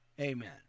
Amen